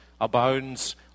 abounds